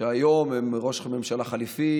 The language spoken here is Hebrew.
שהיום הם ראש ממשלה חליפי,